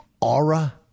aura